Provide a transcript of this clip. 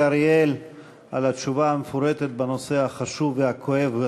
אריאל על התשובה המפורטת בנושא החשוב והכואב הזה,